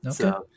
okay